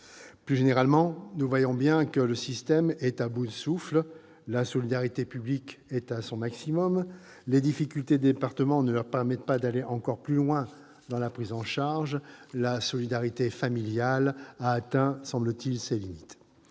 Plus généralement, nous voyons bien que le système est à bout de souffle : la solidarité publique est à son maximum ; les difficultés des départements ne leur permettent pas d'aller encore plus loin dans la prise en charge ; la solidarité familiale a, semble-t-il, atteint ses limites.